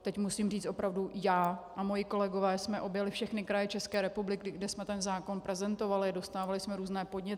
Teď musím říct opravdu, já a moji kolegové jsme objeli všechny kraje České republiky, kde jsme zákon prezentovali, dostávali jsme různé podněty.